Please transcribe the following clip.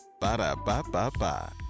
Ba-da-ba-ba-ba